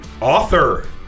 author